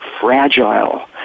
fragile